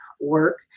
work